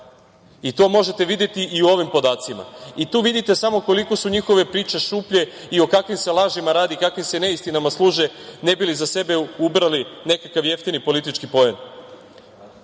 I to možete videti i u ovim podacima. I tu vidite samo koliko su njihove priče šuplje i o kakvim se lažima radi, kakvim se neistinama služe ne bi li za sebe ubrali nekakav jeftin politički